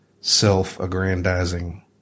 self-aggrandizing